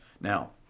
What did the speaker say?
Now